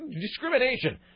Discrimination